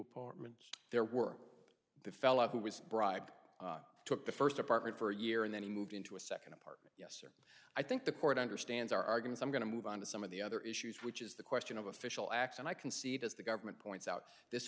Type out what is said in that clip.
apartments there were the fellow who was bribed took the first apartment for a year and then he moved into a second apartment i think the court understands our argument i'm going to move on to some of the other issues which is the question of official acts and i concede as the government points out this